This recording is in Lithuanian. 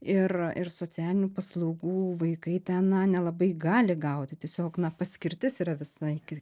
ir ir socialinių paslaugų vaikai ten nelabai gali gauti tiesiog na paskirtis yra visai ki